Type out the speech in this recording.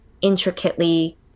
intricately